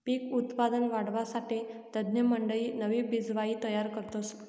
पिक उत्पादन वाढावासाठे तज्ञमंडयी नवी बिजवाई तयार करतस